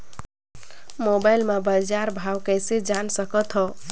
Mobile म बजार भाव कइसे जान सकथव?